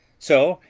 so,